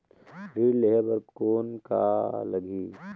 ऋण लेहे बर कौन का लगही?